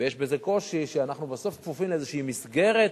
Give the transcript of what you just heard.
ויש בזה קושי, שאנחנו בסוף כפופים לאיזושהי מסגרת,